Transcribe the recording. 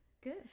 Good